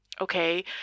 Okay